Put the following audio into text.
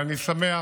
ואני שמח